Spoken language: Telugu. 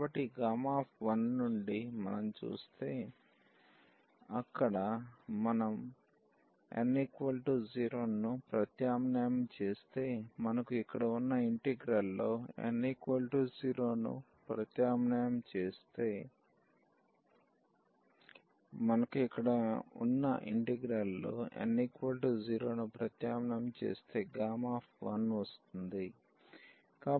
కాబట్టి ఈ 1 నుండి మనం చూస్తే మనం అక్కడ n0ను ప్రత్యామ్నాయం చేస్తే మనకు ఇక్కడ ఉన్న ఇంటిగ్రల్ లో n0 ను ప్రత్యామ్నాయం చేస్తే 1 వస్తుంది